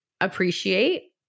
appreciate